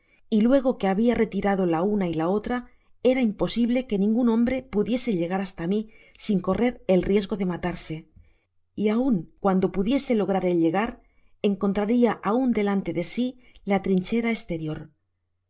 y luego que habia retirado la una y la otra era imposible que ningun hombre pudiese llegar hasta mí sin correr el riesgo de matarse y aun cuando pudiese lograr el llegar encontraria aun delante de sí la trinchera estertor